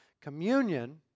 Communion